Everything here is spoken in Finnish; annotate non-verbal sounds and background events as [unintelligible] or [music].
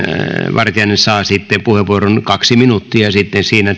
vartiainen saa puheenvuoron kaksi minuuttia sitten siinä [unintelligible]